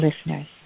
listeners